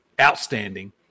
outstanding